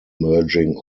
merging